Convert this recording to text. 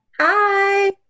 Hi